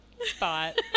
spot